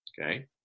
Okay